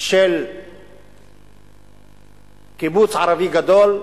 של קיבוץ ערבי גדול,